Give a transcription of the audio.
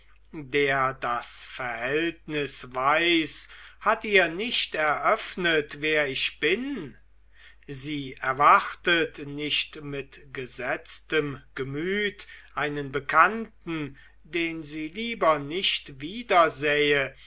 der das verhältnis weiß hat ihr nicht eröffnet wer ich bin sie erwartet nicht mit gesetztem gemüt einen bekannten den sie lieber nicht wiedersähe